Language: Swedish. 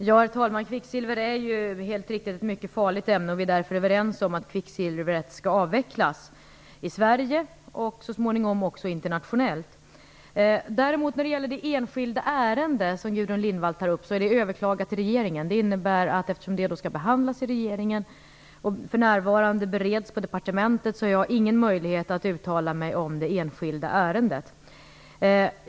Herr talman! Kvicksilver är helt riktigt ett mycket farligt ämne, och vi är därför överens om att kvicksilvret skall avvecklas i Sverige och så småningom också internationellt. Det enskilda ärende som Gudrun Lindvall tar upp är överklagat till regeringen. Det innebär att eftersom det skall behandlas i regeringen och att det för närvarande bereds på departementet har jag ingen möjlighet att uttala mig om det.